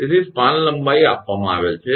તેથી સ્પાન લંબાઈ આપવામાં આવેલ છે